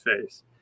face